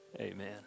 Amen